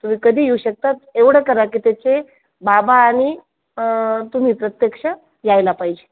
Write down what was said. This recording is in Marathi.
तुम्ही कधी येऊ शकतात एवढं करा की त्याचे बाबा आणि तुम्ही प्रत्यक्ष यायला पाहिजे